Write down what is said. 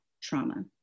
Trauma